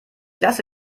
lasse